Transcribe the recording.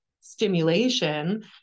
stimulation